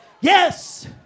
Yes